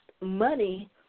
money